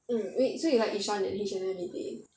mm wait so you like Yishion and H&M is it